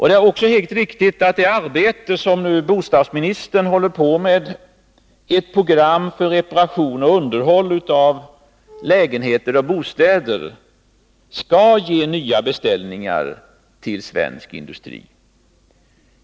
Det är också helt riktigt att det arbete som bostadsministern håller på med, ett program för reparation och underhåll av lägenheter och andra bostäder, skall ge nya beställningar till svensk industri.